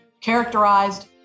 Characterized